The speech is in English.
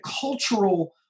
cultural